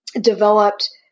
developed